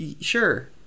Sure